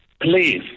please